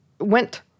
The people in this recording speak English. went